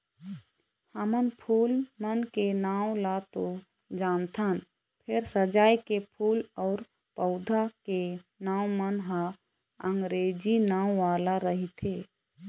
हमन फूल मन के नांव ल तो जानथन फेर सजाए के फूल अउ पउधा के नांव मन ह अंगरेजी नांव वाला रहिथे